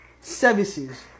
services